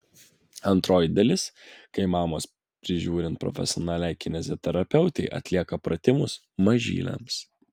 antroji dalis kai mamos prižiūrint profesionaliai kineziterapeutei atlieka pratimus mažyliams